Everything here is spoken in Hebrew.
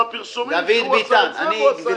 בפרסומים שהוא עשה את זה והוא עשה את זה.